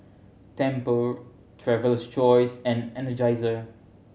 Tempur Traveler's Choice and Energizer